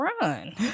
run